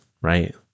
right